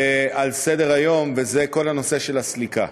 על סדר-היום, וזה כל הנושא של הסליקה.